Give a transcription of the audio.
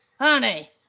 Honey